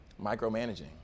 Micromanaging